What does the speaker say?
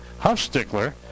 Huffstickler